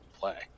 play